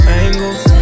angles